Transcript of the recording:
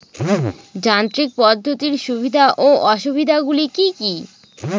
যান্ত্রিক পদ্ধতির সুবিধা ও অসুবিধা গুলি কি কি?